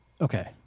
okay